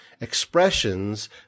expressions